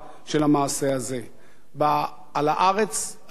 על הארץ, על הקרקע, על האדמה הזאת